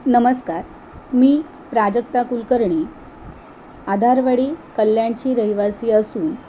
नमस्कार मी प्राजक्ता कुलकर्णी आधारवाडी कल्याणची रहिवासी असून